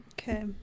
okay